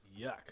Yuck